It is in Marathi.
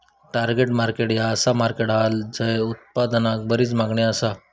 टार्गेट मार्केट ह्या असा मार्केट हा झय उत्पादनाक बरी मागणी असता